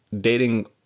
Dating